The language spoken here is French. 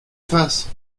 face